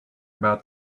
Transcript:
about